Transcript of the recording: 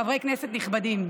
חברי כנסת נכבדים,